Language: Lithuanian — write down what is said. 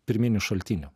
pirminių šaltinių